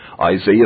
Isaiah